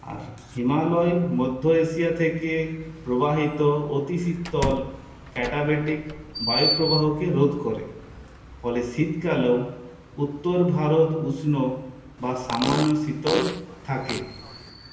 আর হিমালয় মধ্য এশিয়া থেকে প্রবাহিত অতি শীতল ক্যাটাবেটিক বায়ু প্রবাহকে রোধ করে ফলে শীতকালেও উত্তর ভারত উষ্ণ বা সামান্য শীতল থাকে